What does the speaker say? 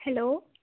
hello